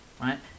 Right